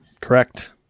Correct